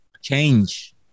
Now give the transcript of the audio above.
change